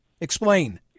Explain